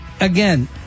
again